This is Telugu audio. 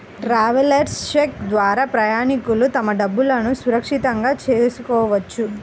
ట్రావెలర్స్ చెక్ ద్వారా ప్రయాణికులు తమ డబ్బులును సురక్షితం చేసుకోవచ్చు